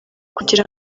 kugira